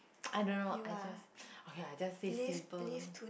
I don't know I just okay I just stay simple